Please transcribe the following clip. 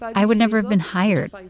i would never have been hired. like